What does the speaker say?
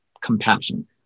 compassion